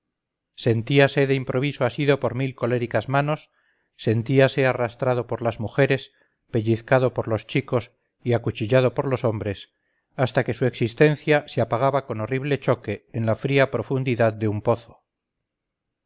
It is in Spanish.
destacamento sentíase de improviso asido por mil coléricas manos sentíase arrastrado por las mujeres pellizcado por loschicos y acuchillado por los hombres hasta que su existencia se apagaba con horrible choque en la fría profundidad de un pozo